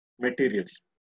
materials